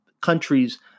countries